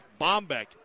Bombeck